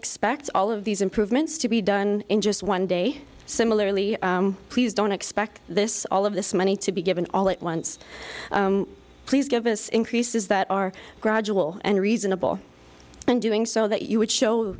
expect all of these improvements to be done in just one day similarly please don't expect this all of this money to be given all at once please give us increases that are gradual and reasonable and doing so that you would show